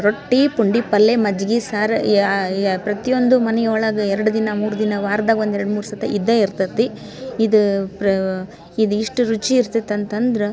ರೊಟ್ಟಿ ಪುಂಡಿ ಪಲ್ಲೆ ಮಜ್ಗೆ ಸಾರು ಯ ಪ್ರತಿಯೊಂದು ಮನೆಯೊಳಗ್ ಎರಡು ದಿನ ಮೂರು ದಿನ ವಾರದಾಗ್ ಒಂದು ಎರಡು ಮೂರು ಸತಿ ಇದ್ದೇ ಇರ್ತದೆ ಇದು ಪ್ರಾ ಇದು ಇಷ್ಟು ರುಚಿ ಇರ್ತತಂತಂದ್ರೆ